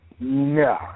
No